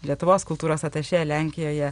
lietuvos kultūros atašė lenkijoje